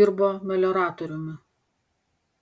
dirbo melioratoriumi